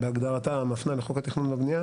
בהגדרתה המפנה לחוק התכנון והבנייה,